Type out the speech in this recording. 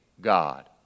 God